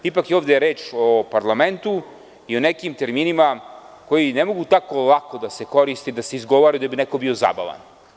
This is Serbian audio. Ipak je ovde reč o parlamentu i o nekim terminima koji ne mogu tako lako da se koriste i izgovore da bi neko bio zabavan.